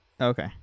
okay